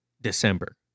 December